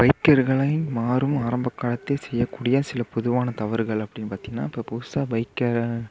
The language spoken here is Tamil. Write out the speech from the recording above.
பைக்கர்களா மாறும் ஆரம்பக்காலத்தை செய்யக்கூடிய சில பொதுவான தவறுகள் அப்படினு பார்த்தீங்கனா இப்போ புதுசாக பைக்கை